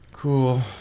Cool